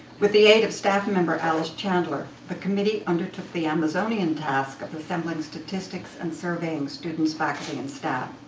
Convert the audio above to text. with the aid of staff member alice chandler, the committee undertook the amazonian task of assembling statistics and surveying students, faculty, and staff.